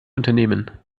unternehmen